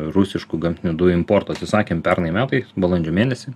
rusiškų gamtinių dujų importo atsisakėm pernai metai balandžio mėnesį